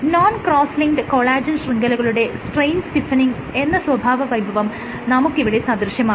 non cross linked collagen ശൃംഖലകളുടെ strain stiffening എന്ന സ്വഭാവ വൈഭവം നമുക്കിവിടെ സദൃശ്യമാകുന്നു